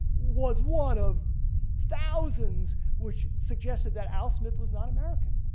was one of thousands which suggested that al smith was not american.